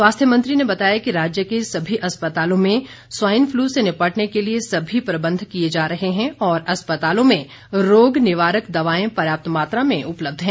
स्वास्थ्य मंत्री ने बताया कि राज्य के सभी अस्पतालों में स्वाइन फ्लू से निपटने के लिए सभी प्रबंध किए जा रहे हैं और अस्पतालों में रोग निवारक दवाएं पर्याप्त मात्रा में उपलब्ध है